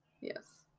Yes